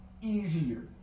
easier